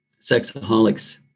sexaholics